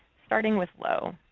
starting with low.